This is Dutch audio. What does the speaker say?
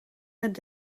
het